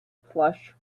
plush